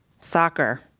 Soccer